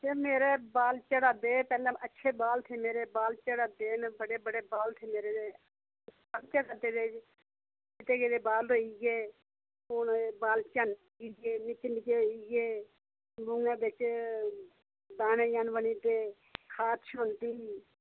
एह् मेरे बाल झड़ा दे पैह्लें अच्छे बाल थे मेरे झड़ा दे न बड़े बड़े बाल थे मेरे चिट्टे गेदे बाल होइये हू'न निक्के निक्के होइये मूहें बिच दाने जन बनी जंदे खारश होंदी